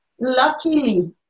luckily